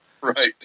Right